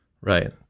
Right